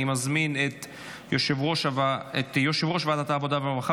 אני מזמין את יושב-ראש ועדת העבודה והרווחה